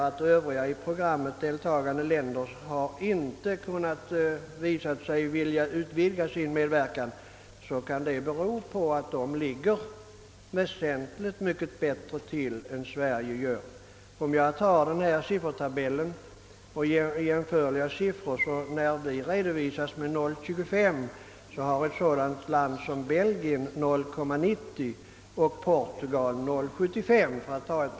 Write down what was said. Att andra länder, som statsrådet säger, inte velat utvidga sin medverkan, kan bero på att de ligger väsentligt mycket bättre till än Sverige. Medan vi alltså redovisar 0,25 procent, redovisar Belgien och Portugal — alltså inte alltför stora länder — 0,90 procent respektive 0,75 procent.